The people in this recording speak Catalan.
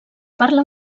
parla